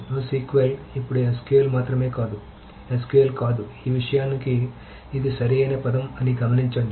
NoSQL ఇప్పుడు SQL మాత్రమే కాదు SQL కాదు ఈ విషయానికి ఇది సరైన పదం అని గమనించండి